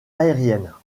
aériennes